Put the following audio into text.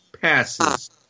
passes